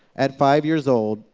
at five years old,